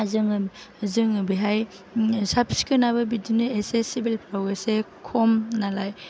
जोङो बेहाय साब सिखोनआबो बिदिनो एसे सिभिलफ्राव एसे खम नालाय